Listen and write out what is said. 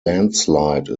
landslide